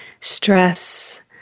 Stress